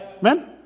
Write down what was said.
Amen